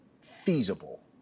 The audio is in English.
feasible